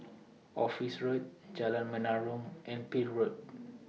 Office Road Jalan Menarong and Peel Road